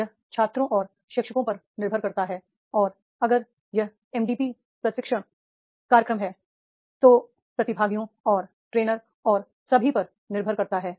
यह छात्रों और शिक्षकों पर निर्भर करता है और अगर यह एमडीपी प्रशिक्षण कार्यक्रम है तो प्रतिभागियों और ट्रेनर और सभी पर निर्भर करता है